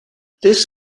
this